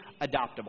adoptable